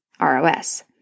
ROS